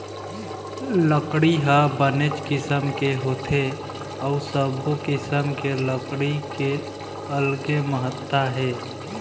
लकड़ी ह बनेच किसम के होथे अउ सब्बो किसम के लकड़ी के अलगे महत्ता हे